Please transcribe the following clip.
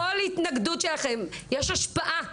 לכל התנגדות שלכם יש השפעה.